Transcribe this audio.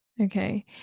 Okay